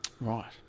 Right